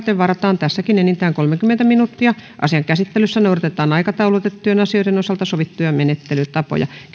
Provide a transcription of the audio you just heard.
varataan tässäkin enintään kolmekymmentä minuuttia asian käsittelyssä noudatetaan aikataulutettujen asioiden osalta sovittuja menettelytapoja